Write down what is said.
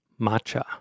matcha